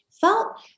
felt